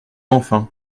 enfin